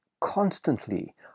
constantly